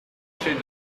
chefs